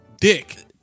dick